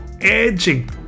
edging